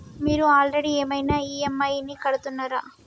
మీరు ఆల్రెడీ ఏమైనా ఈ.ఎమ్.ఐ కడుతున్నారా?